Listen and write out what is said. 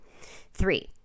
Three